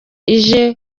ije